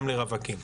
גם לרווקים.